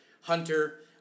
Hunter